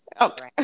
Okay